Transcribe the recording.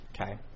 Okay